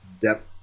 depth